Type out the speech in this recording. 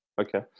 Okay